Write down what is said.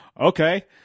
Okay